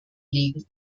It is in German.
legen